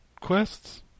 quests